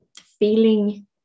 feeling